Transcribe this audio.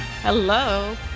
Hello